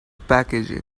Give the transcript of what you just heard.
packaging